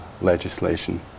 legislation